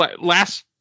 last